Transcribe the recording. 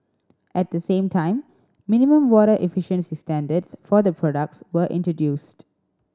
at the same time minimum water efficiency standards for the products were introduced